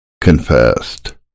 confessed